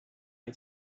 had